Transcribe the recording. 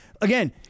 again